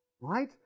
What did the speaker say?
Right